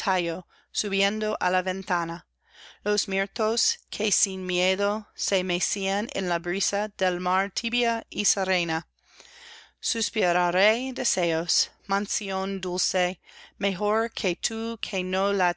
subiendo á la ventana los mirtos que sin miedo se mecían en la brisa del mar tibia y serena suspirare deseos mansión dulce mejor